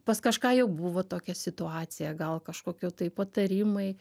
pas kažką jau buvo tokia situacija gal kažkokio tai patarimai